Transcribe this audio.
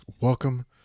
Welcome